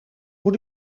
moet